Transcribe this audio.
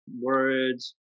words